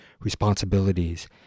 responsibilities